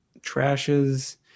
trashes